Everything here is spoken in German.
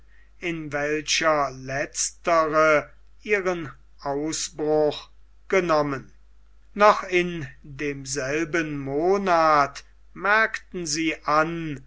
in welcher letztere ihren ausbruch genommen noch in demselben monat merkten sie an